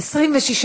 1 5 נתקבלו.